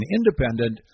Independent